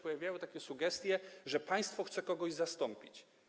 Pojawiały się takie sugestie, że państwo chce kogoś zastąpić.